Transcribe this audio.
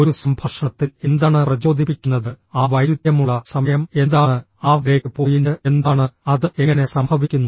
ഒരു സംഭാഷണത്തിൽ എന്താണ് പ്രചോദിപ്പിക്കുന്നത് ആ വൈരുദ്ധ്യമുള്ള സമയം എന്താണ് ആ ബ്രേക്ക് പോയിന്റ് എന്താണ് അത് എങ്ങനെ സംഭവിക്കുന്നു